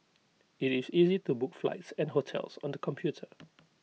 IT is easy to book flights and hotels on the computer